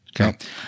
Okay